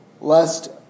lest